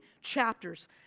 chapters